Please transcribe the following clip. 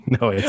No